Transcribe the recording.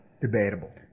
debatable